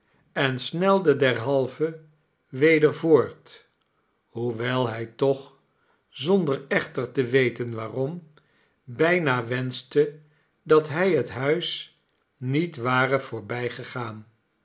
en snelde derhalve weder voort hoewel hij toch zonder echter te weten waarom bijna wenschte dat hij het huis niet ware voorbijgegaan